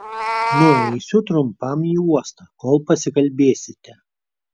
nueisiu trumpam į uostą kol pasikalbėsite